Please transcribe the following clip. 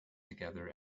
together